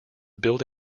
build